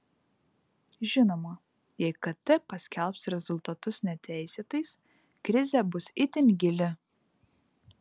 žinoma jei kt paskelbs rezultatus neteisėtais krizė bus itin gili